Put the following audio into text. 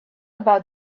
about